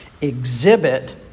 exhibit